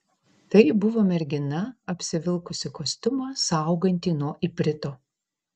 tai buvo mergina apsivilkusi kostiumą saugantį nuo iprito